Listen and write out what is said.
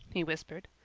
he whispered.